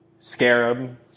Scarab